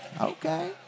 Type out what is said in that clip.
Okay